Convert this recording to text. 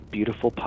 Beautiful